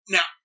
Now